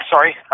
sorry